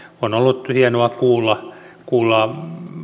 on ollut hienoa kuulla